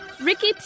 Ricky